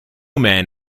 man